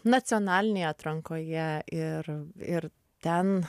nacionalinėj atrankoje ir ir ten